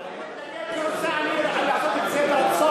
אני מתנגד כי רוצה אני לעשות את זה ברצון.